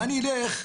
ואני אלך,